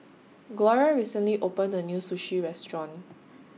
Gloria recently opened A New Sushi Restaurant